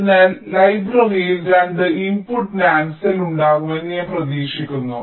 അതിനാൽ ലൈബ്രറിയിൽ 2 input NAND cell ഉണ്ടാകുമെന്ന് ഞാൻ പ്രതീക്ഷിക്കുന്നു